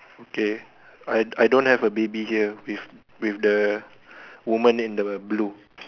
okay I I don't have a baby here with with the woman in the blue